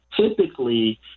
typically